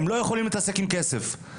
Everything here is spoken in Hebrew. הם לא יכולים להתעסק עם כסף.